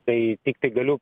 tai tiktai galiu